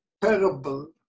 parable